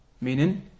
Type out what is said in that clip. Meaning